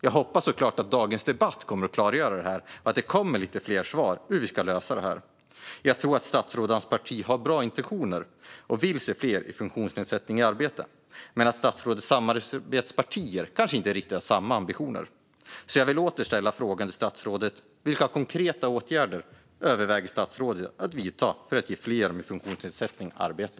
Jag hoppas såklart att dagens debatt kommer att klargöra detta och att det kommer lite fler svar på hur vi ska lösa detta. Jag tror att statsrådet och hans parti har bra intentioner och vill se fler med funktionsnedsättning i arbete men att statsrådets samarbetspartier kanske inte riktigt har samma ambitioner. Jag vill åter ställa frågan till statsrådet: Vilka konkreta åtgärder överväger statsrådet att vidta för att ge fler med funktionsnedsättning arbete?